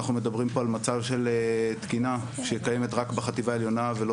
אנחנו מדברים על מצב של תקינה שקיימת רק בחטיבה העליונה ולא